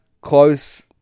close